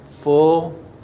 full